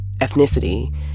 ethnicity